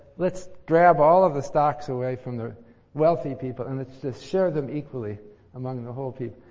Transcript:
let's grab all of the stocks away from the wealthy people and let's just share them equally among the whole people.